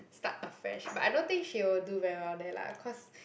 start afresh but I don't think she will do very well there lah cause